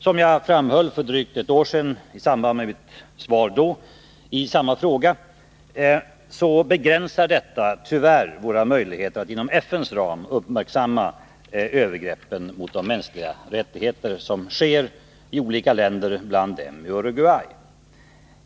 Som jag framhöll för drygt ett år sedan, i samband med mitt svar då i samma fråga, begränsar detta tyvärr våra möjligheter att inom FN:s ram uppmärksamma övergreppen mot de mänskliga rättigheterna som sker i olika länder, bland dem Uruguay.